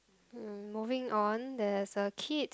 hmm moving on there's a kid